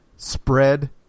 Spread